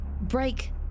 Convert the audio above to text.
break